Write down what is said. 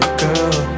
girl